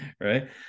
right